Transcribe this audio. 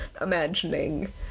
imagining